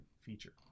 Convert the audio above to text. feature